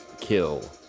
kill